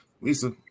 Lisa